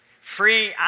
free